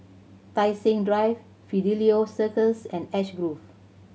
Tai Seng Drive Fidelio Circus and Ash Grove